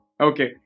Okay